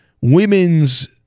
women's